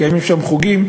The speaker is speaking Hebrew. מקיימים שם חוגים,